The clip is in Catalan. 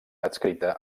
adscrita